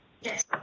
Yes